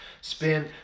spin